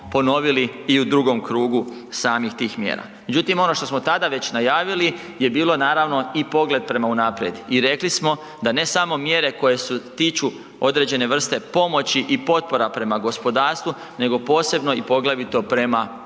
ponovili i u drugom krugu samih tih mjera. Međutim ono što smo tada već najavili je bilo naravno i pogled prema unaprijed i rekli smo, da ne samo mjere koje se tiču određene vrste pomoći i potpora prema gospodarstvu, nego posebno i poglavito prema